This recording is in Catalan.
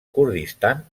kurdistan